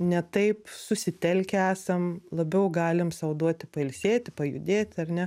ne taip susitelkę esam labiau galim sau duoti pailsėti pajudėti ar ne